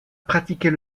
pratiquer